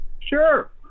sure